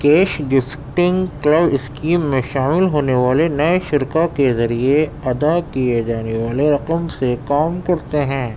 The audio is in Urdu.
کیش گفٹنگ کلب اسکیم میں شامل ہونے والے نئے شرکاء کے ذریعے ادا کیے جانے والے رقم سے کام کرتے ہیں